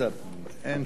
אין שום בעיה.